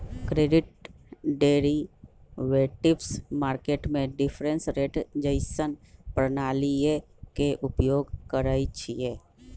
credit derivatives market में difference rate जइसन्न प्रणालीइये के उपयोग करइछिए